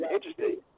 Interesting